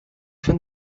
fand